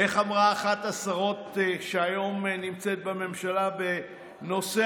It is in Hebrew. איך אמרה אחת השרות שהיום נמצאת בממשלה בנושא